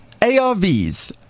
ARVs